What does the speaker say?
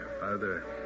Father